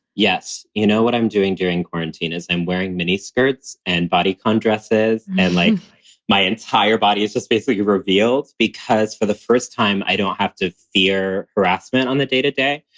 yes. you know, what i'm doing during quarantine is i'm wearing mini skirts and body con dresses. and like my entire body is just basically revealed because for the first time, time, i don't have to fear harassment on the day to day.